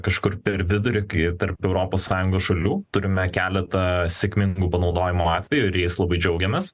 kažkur per vidurį kai tarp europos sąjungos šalių turime keletą sėkmingų panaudojimo atveju ir jais labai džiaugiamės